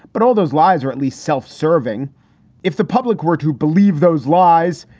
but all those lies, or at least self-serving if the public were to believe those lies.